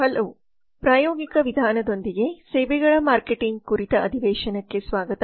hello ಪ್ರಾಯೋಗಿಕ ವಿಧಾನದೊಂದಿಗೆ ಸೇವೆಗಳ ಮಾರ್ಕೆಟಿಂಗ್ ಕುರಿತ ಅಧಿವೇಶನಕ್ಕೆ ಸ್ವಾಗತ